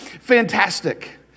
fantastic